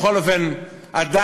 בכל אופן עדיין,